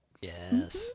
Yes